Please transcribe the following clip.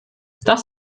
das